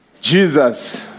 Jesus